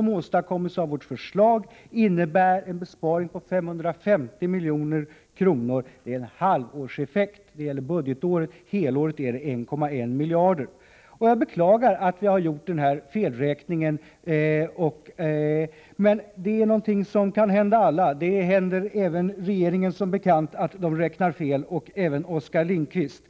anger vi att vårt förslag innebär en besparing på ungefär 550 milj.kr. i halvårseffekt på budgetåret. På helår blir det 1,1 miljarder. Jag beklagar att vi har gjort den här felräkningen, men det är något som kan hända alla. Som bekant händer det att regeringen räknar fel — och även Oskar Lindkvist.